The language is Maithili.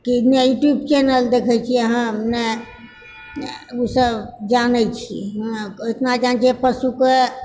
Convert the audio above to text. कि नहि यूट्यूब चैनल देखैत छिऐ हम नहि ओ सभ जानए छिऐ ओतना ज्ञान जे पशुके